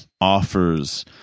offers